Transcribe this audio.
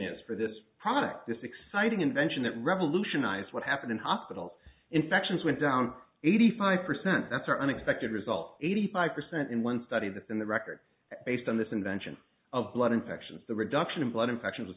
is for this product this exciting invention that revolutionized what happened in hopital infections went down eighty five percent that's a unexpected result eighty five percent in one study this in the record based on this invention of blood infections the reduction in blood infections